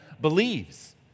believes